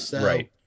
Right